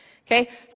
Okay